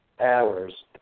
hours